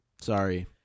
Sorry